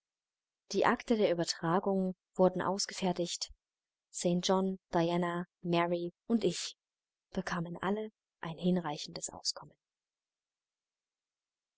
die akte der übertragung wurden ausgefertigt st john diana mary und ich bekamen alle ein hinreichendes auskommen